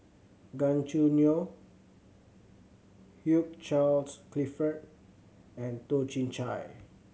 Gan Choo Neo Hugh Charles Clifford and Toh Chin Chye